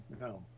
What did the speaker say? No